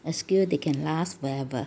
skill that can last forever